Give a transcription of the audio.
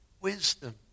Wisdom